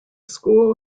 school